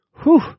whew